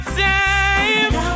time